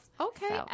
okay